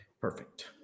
Perfect